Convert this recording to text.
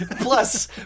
Plus